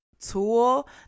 tool